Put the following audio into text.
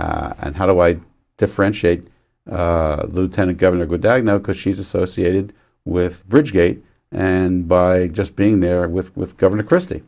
also and how do i differentiate lieutenant governor good diagnose because she's associated with bridge gate and by just being there with with governor christie